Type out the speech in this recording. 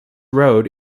road